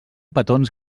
petons